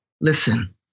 Listen